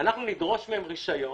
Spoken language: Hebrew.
נדרוש מהם רישיון,